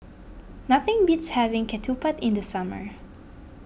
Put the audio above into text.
nothing beats having Ketupat in the summer